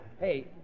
Hey